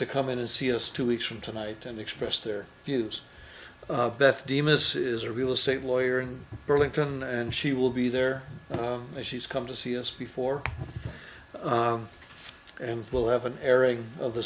to come in and see us two weeks from tonight and express their views beth demas is a real estate lawyer in burlington and she will be there as she's come to see us before and will have an airing of the